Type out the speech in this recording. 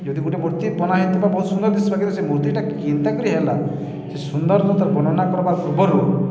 ଯଦି ଗୋଟେ ମୂର୍ତ୍ତି ବନା ହେଇଥିବା ବହୁତ ସୁନ୍ଦର ଦିଶିବାକେ ସେ ମୂର୍ତ୍ତିଟା କିନ୍ତା କରି ହେଲା ସେ ସୌନ୍ଦର୍ଯ୍ୟର ତ ବର୍ଣ୍ଣନା କର୍ବାର୍ ପୂର୍ବରୁ